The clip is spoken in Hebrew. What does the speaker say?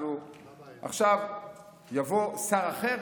עכשיו יבוא שר אחר.